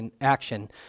action